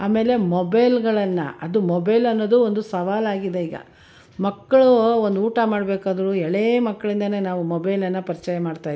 ಆಮೇಲೆ ಮೊಬೈಲ್ಗಳನ್ನು ಅದು ಮೊಬೈಲ್ ಅನ್ನೋದು ಒಂದು ಸವಾಲು ಆಗಿದೆ ಈಗ ಮಕ್ಕಳು ಒಂದು ಊಟ ಮಾಡಬೇಕಾದ್ರು ಎಳೆ ಮಕ್ಕಳಿಂದಲೇ ನಾವು ಮೊಬೈಲನ್ನು ಪರಿಚಯ ಮಾಡ್ತಾಯಿದ್ದೀವಿ